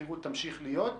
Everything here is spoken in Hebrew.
השכירות תמשיך להיות,